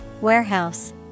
Warehouse